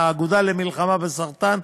האגודה למלחמה בסרטן,